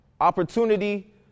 Opportunity